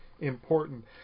important